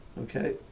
Okay